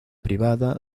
privada